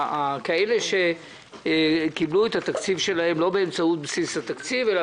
כאלה שקיבלו את התקציב שלהם לא באמצעות בסיס התקציב אלא